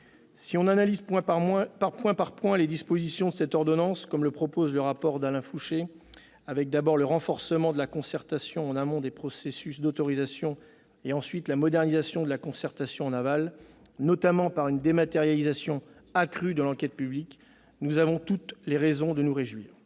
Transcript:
Si nous analysons point par point les dispositions de cette ordonnance comme le fait le rapport d'Alain Fouché- renforcement de la concertation en amont des processus d'autorisation et modernisation de la concertation en aval, notamment par une dématérialisation accrue de l'enquête publique -, nous avons toutes les raisons de nous réjouir.